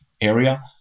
area